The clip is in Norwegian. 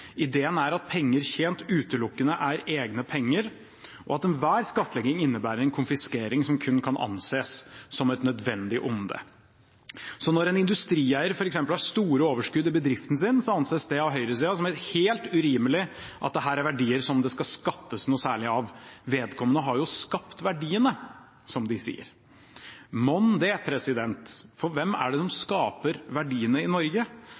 Ideen er at penger tjent utelukkende er egne penger, og at enhver skattlegging innebærer en konfiskering som kun kan anses som et nødvendig onde. Så når en industrieier f.eks. har store overskudd i sin bedrift, anses det av høyresiden som helt urimelig at dette er verdier som det skal skattes noe særlig av. Vedkommende har jo skapt verdiene, som de sier. Mon det? Hvem er det som skaper verdiene i Norge?